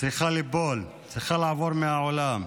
צריכה ליפול, צריכה לעבור מן העולם.